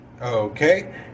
Okay